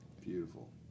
Beautiful